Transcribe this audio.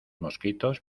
mosquitos